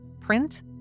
print